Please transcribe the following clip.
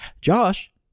Josh